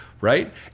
right